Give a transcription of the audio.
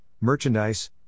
merchandise